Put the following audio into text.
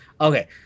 Okay